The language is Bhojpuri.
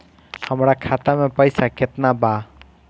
हमरा खाता में पइसा केतना बा?